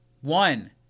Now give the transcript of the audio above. one